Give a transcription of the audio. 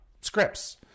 scripts